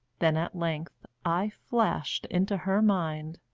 then at length i flashed into her mind,